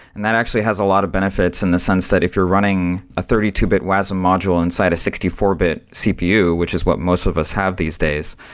and that actually has a lot of benefits in the sense that if you're running a thirty two bit wasm module inside a sixty four bit cpu, which is what most of us have these days,